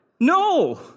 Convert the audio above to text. No